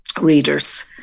readers